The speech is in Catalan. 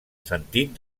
sentit